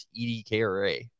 EDKRA